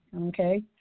okay